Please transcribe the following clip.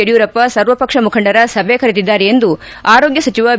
ಯಡಿಯೂರಪ್ಪ ಸರ್ವಪಕ್ಷ ಮುಖಂಡರ ಸಭೆ ಕರೆದಿದ್ದಾರೆ ಎಂದು ಆರೋಗ್ಯ ಸಚಿವ ಬಿ